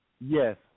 Yes